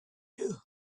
you